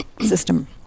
system